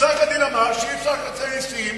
פסק-הדין אמר שאי-אפשר לקחת את זה ממסים,